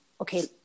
okay